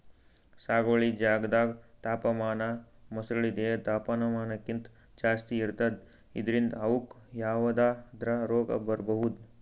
ಸಾಗುವಳಿ ಜಾಗ್ದಾಗ್ ತಾಪಮಾನ ಮೊಸಳಿ ದೇಹದ್ ತಾಪಮಾನಕ್ಕಿಂತ್ ಜಾಸ್ತಿ ಇರ್ತದ್ ಇದ್ರಿಂದ್ ಅವುಕ್ಕ್ ಯಾವದ್ರಾ ರೋಗ್ ಬರ್ಬಹುದ್